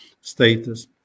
status